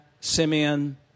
Simeon